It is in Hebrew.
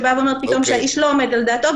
שבאה ואומרת פתאום שהאיש לא עומד על דעתו,